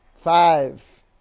Five